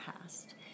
past